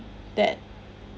that